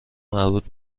مربوط